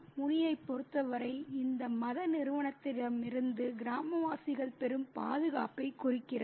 முனியைப் பொறுத்தவரை இந்த மத நிறுவனத்திடமிருந்து கிராமவாசிகள் பெறும் பாதுகாப்பைக் குறிக்கிறது